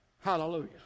Hallelujah